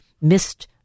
missed